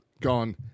gone